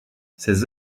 ses